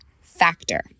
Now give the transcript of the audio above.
factor